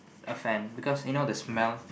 a fan because you know the smell